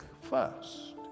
first